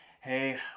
hey